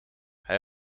hij